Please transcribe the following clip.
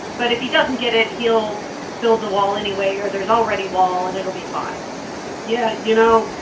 but if he doesn't get it, he'll build the wall anyway or there's already wall, and it'll be fine yeah you know,